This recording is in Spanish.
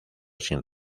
sin